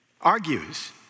argues